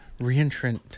reentrant